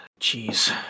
Jeez